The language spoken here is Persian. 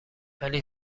ولی